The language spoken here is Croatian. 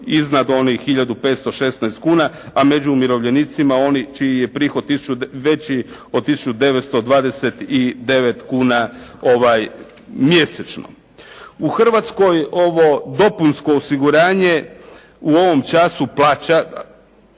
iznad onih 1516 kuna, a među umirovljenicima oni čiji je prihod veći od 1929 kuna mjesečno. U Hrvatskoj ovo dopunsko osiguranje u ovom času plaća